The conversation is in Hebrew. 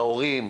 ההורים,